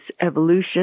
evolution